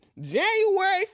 January